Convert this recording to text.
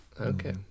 Okay